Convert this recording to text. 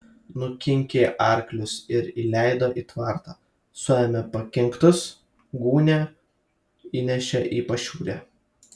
nukinkė arklius ir įleido į tvartą suėmė pakinktus gūnią įnešė į pašiūrę